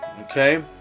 Okay